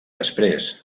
després